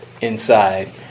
inside